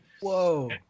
Whoa